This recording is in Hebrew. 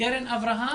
קרן אברהם.